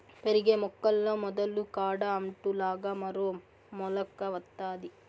పెరిగే మొక్కల్లో మొదలు కాడ అంటు లాగా మరో మొలక వత్తాది